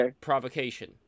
provocation